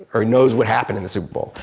or knows what happened in the superbowl?